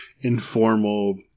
informal